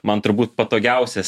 man turbūt patogiausias